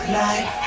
life